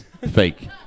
fake